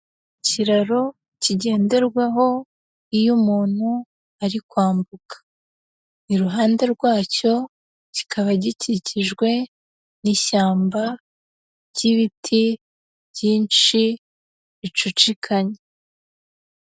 Ikiraro kigenderwaho iyo umuntu ari kwambuka, iruhande rwacyo kikaba gikikijwe n'ishyamba ry'ibiti byinshi bicucikanye.